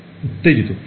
ছাত্র ছাত্রীঃ উত্তেজিত